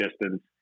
distance